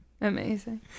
amazing